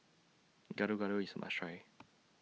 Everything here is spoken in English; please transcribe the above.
Gado Gado IS A must Try